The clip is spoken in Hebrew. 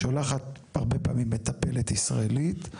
שולחת הרבה פעמים מטפלת ישראלית.